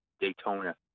Daytona